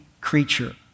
creature